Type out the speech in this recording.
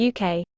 UK